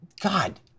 God